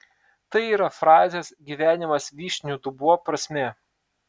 tai yra frazės gyvenimas vyšnių dubuo prasmė